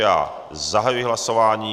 Já zahajuji hlasování.